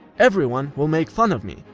everyone will make fun of me.